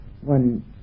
one